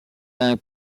langue